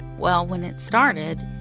well, when it started,